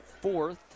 fourth